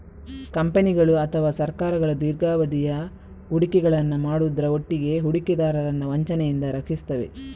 ಕಂಪನಿಗಳು ಅಥವಾ ಸರ್ಕಾರಗಳು ದೀರ್ಘಾವಧಿಯ ಹೂಡಿಕೆಗಳನ್ನ ಮಾಡುದ್ರ ಒಟ್ಟಿಗೆ ಹೂಡಿಕೆದಾರರನ್ನ ವಂಚನೆಯಿಂದ ರಕ್ಷಿಸ್ತವೆ